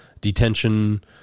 detention